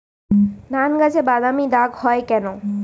ধানগাছে বাদামী দাগ হয় কেন?